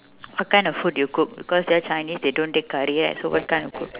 what kind of food you cook cause they are chinese they don't take curry right so what kind you cook